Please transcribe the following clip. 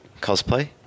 cosplay